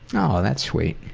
oh, that's sweet.